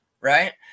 Right